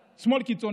שמאל, שמאל קיצוני.